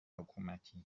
حکومتی